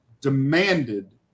demanded